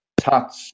touch